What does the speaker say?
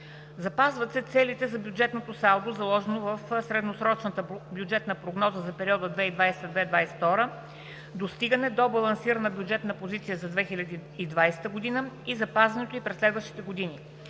Запазват се целите за бюджетното салдо, заложени в средносрочната бюджетна прогноза за периода 2020 – 2022 г. – достигане до балансирана бюджетна позиция за 2020 г. и запазването ѝ през следващите години.